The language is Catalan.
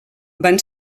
van